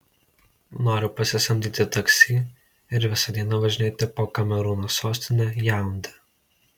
noriu pasisamdyti taksi ir visą dieną važinėti po kamerūno sostinę jaundę